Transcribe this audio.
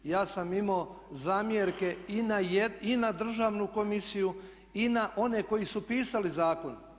Ja sam imao zamjerke i na Državnu komisiju i na one koji su pisali zakon.